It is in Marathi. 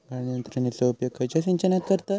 गाळण यंत्रनेचो उपयोग खयच्या सिंचनात करतत?